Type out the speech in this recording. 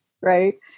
right